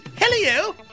Hello